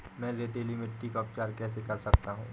मैं रेतीली मिट्टी का उपचार कैसे कर सकता हूँ?